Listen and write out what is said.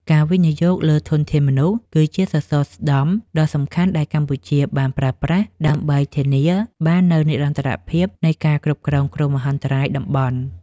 ការវិនិយោគលើធនធានមនុស្ស គឺជាសសរស្តម្ភដ៏សំខាន់ដែលកម្ពុជាបានប្រើប្រាស់ដើម្បីធានាបាននូវនិរន្តរភាពនៃការគ្រប់គ្រងគ្រោះមហន្តរាយតំបន់។